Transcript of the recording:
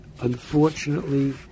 unfortunately